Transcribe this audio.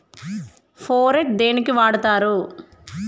Phorate దేనికి వాడుతరు?